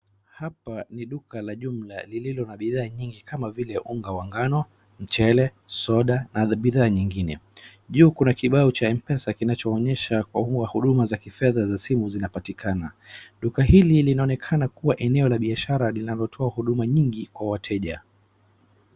Hapa ni duka la jumla lililo na bidhaa nyingi kama vile unga wa ngano, mchele, soda na bidhaa nyingine. Juu kuna kibao cha mpesa kinachoonyesha kuwa huduma za kifedha za simu zinapatikana. Duka hili linaonekana kuwa eneo la biashara linalotoa huduma nyingi kwa wateja.